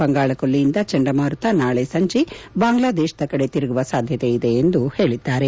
ಬಂಗಾಳಕೊಲ್ಲಿಯಿಂದ ಚಂಡಮಾರುತ ನಾಳೆ ಸಂಜೆ ಬಾಂಗ್ಲಾದೇಶದ ಕಡೆ ತಿರುಗುವ ಸಾಧ್ಯತೆ ಇದೆ ಎಂದು ಅವರು ಹೇಳಿದರು